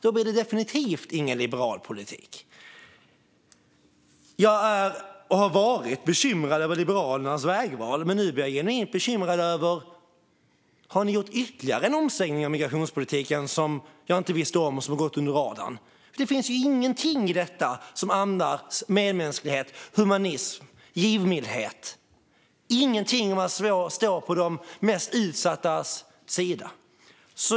Då blir det definitivt ingen liberal politik. Jag är och har varit bekymrad över Liberalernas vägval. Men nu blir jag genuint bekymrad. Har ni gjort ytterligare en omsvängning av migrationspolitiken som jag inte visste om och som har gått under radarn? Det finns ingenting i detta som andas medmänsklighet, humanitet och givmildhet. Det finns ingenting om att stå på de mest utsattas sida.